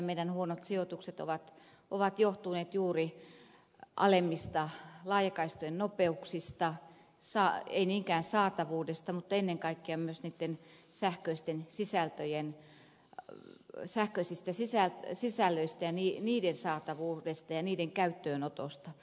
meidän huonot sijoituksemme ovat johtuneet juuri alemmista laajakaistojen nopeuksista ei niinkään saatavuudesta mutta ennen kaikkea myös miten sähköisten sisältöjen ja sähköisesti sisään sähköisistä sisällöistä niiden saatavuudesta ja niiden käyttöönotosta